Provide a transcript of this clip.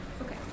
Okay